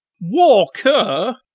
Walker